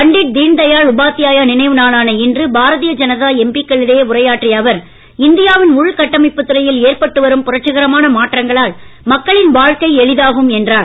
பண்டிட் தீன்தயாள் உபாத்யாய நினைவு நாளான இன்று பாரதிய ஜனதா எம்பிக்களிடையே உரையாற்றிய அவர் இந்தியாவின் உள்கட்டமைப்பு துறையில் ஏற்பட்டு வரும் புரட்சிகரமான மாற்றங்களால் மக்களின் வாழ்க்கை எளிதாகும் என்றார்